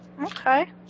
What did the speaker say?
Okay